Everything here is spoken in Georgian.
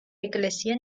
ეკლესია